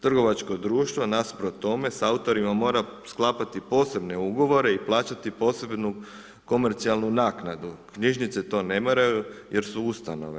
Trgovačko društvo nasuprot tome s autorima mora sklapati posebne ugovore i plaćati posebnu komercijalnu naknadu, knjižnice to ne moraju jer su ustanove.